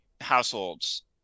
households